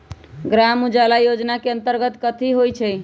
ग्राम उजाला योजना के अंतर्गत कथी कथी होई?